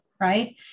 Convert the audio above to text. right